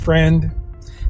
friend